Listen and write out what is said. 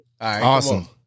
Awesome